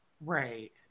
Right